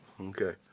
Okay